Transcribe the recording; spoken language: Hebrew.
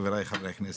חבריי חברי הכנסת,